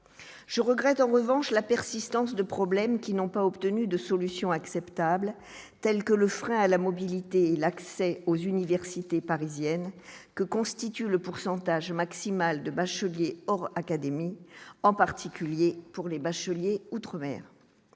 je regrette en revanche la persistance de problèmes qui n'ont pas obtenu de solutions acceptables telles que le frein à la mobilité, l'accès aux universités parisiennes que constitue le pourcentage maximal de bacheliers hors académie, en particulier pour les bacheliers outre-mer,